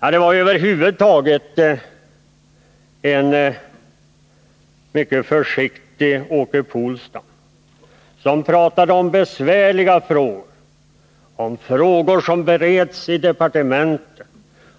Det var över huvud taget en mycket återhållsam Åke Polstam som pratade om att det gäller besvärliga frågor, om ärenden som bereds i departementet,